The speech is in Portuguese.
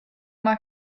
uma